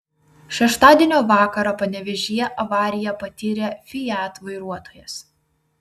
šeštadienio vakarą panevėžyje avariją patyrė fiat vairuotojas